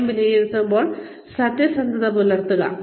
സ്വയം വിലയിരുത്തുമ്പോൾ സത്യസന്ധത പുലർത്തുക